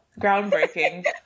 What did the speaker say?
Groundbreaking